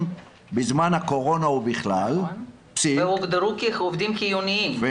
בזמן הקורונה ובכלל --- והם הוגדרו כעובדים חיוניים,